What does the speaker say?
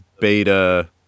beta